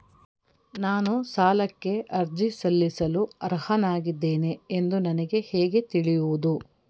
ನಾನು ಸಾಲಕ್ಕೆ ಅರ್ಜಿ ಸಲ್ಲಿಸಲು ಅರ್ಹನಾಗಿದ್ದೇನೆ ಎಂದು ನನಗೆ ಹೇಗೆ ತಿಳಿಯುವುದು?